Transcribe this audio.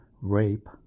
rape